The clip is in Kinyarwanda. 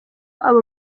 abo